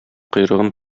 койрыгын